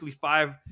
five